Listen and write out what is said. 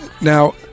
Now